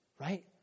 right